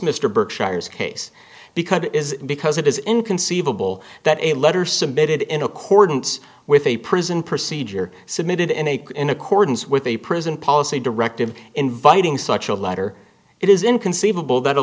mr berkshire's case because it is because it is inconceivable that a letter submitted in accordance with a prison procedure submitted in a in accordance with a prison policy directive inviting such a letter it is inconceivable that a